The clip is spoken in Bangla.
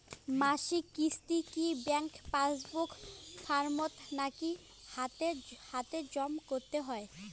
মাসিক কিস্তি কি ব্যাংক পাসবুক মারফত নাকি হাতে হাতেজম করতে হয়?